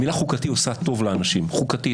פרק ב' של הרפורמה,